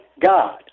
God